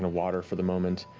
ah water for the moment.